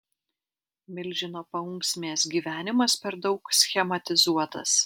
milžino paunksmės gyvenimas per daug schematizuotas